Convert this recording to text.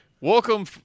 Welcome